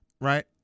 right